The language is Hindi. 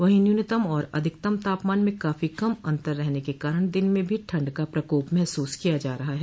वहीं न्यूनतम और अधिकतम तापमान में काफी कम अंतर रहने के कारण दिन में भी ठंड का प्रकोप महसूस किया जा रहा है